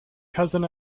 cousin